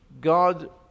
God